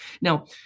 Now